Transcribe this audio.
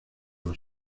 los